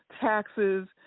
taxes